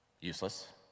useless